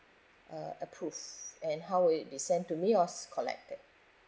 uh approve and how it'll be sent to me or s~ collected